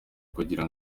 kugira